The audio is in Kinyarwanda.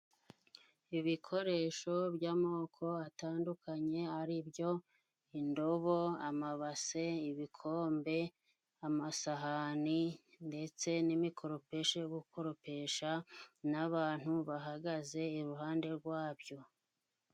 Ibikoresho by'amoko atandukanye ari byo: indobo, amabase, ibikombe, amasahani, ndetse n'imikoropesho yo gukoropesha, n'abantu bahagaze iruhande rwabyo.